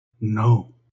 no